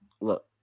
Look